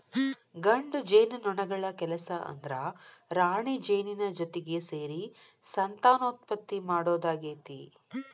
ಗಂಡು ಜೇನುನೊಣಗಳ ಕೆಲಸ ಅಂದ್ರ ರಾಣಿಜೇನಿನ ಜೊತಿಗೆ ಸೇರಿ ಸಂತಾನೋತ್ಪತ್ತಿ ಮಾಡೋದಾಗೇತಿ